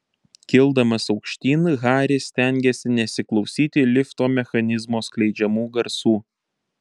kildamas aukštyn haris stengėsi nesiklausyti lifto mechanizmo skleidžiamų garsų